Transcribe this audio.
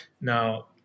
Now